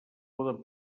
poden